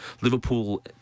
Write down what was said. Liverpool